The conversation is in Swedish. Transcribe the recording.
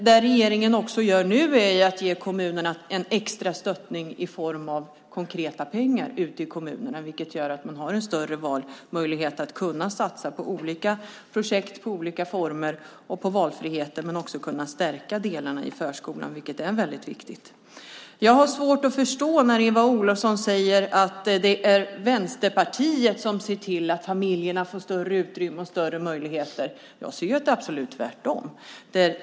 Det regeringen också gör nu är att ge kommunerna ett extra stöd i form av konkreta pengar, vilket gör att man har en större valmöjlighet att satsa på projekt i olika former och på valfrihet. Man ska också kunna stärka förskolan, vilket är väldigt viktigt. Jag har svårt att förstå det Eva Olofsson säger om att det är Vänsterpartiet som ser till att familjerna får större utrymme och större möjligheter. Jag anser att det är absolut tvärtom.